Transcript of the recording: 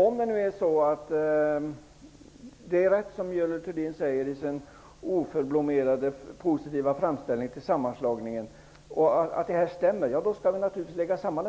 Om det Görel Thurdin sade i sin oförblommerat positiva framställning av sammanslagningen stämmer, då skall naturligtvis verken läggas samman.